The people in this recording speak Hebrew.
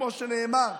כמו שנאמר,